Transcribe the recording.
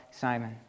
Simon